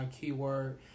keyword